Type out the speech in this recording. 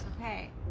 Okay